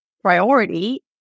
priority